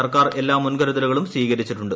സർക്കാർ എല്ലാ മുൻകരുതലും സ്വീകരിച്ചിട്ടുണ്ട്